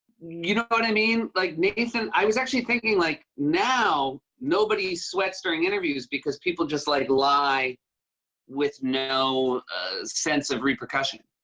you know what i mean? like, nathan i was actually thinking, like, now, nobody sweats during interviews because people just, like, lie with no sense of repercussion.